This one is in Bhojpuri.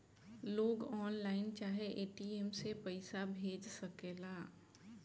लोग ऑनलाइन चाहे ए.टी.एम से पईसा भेज सकेला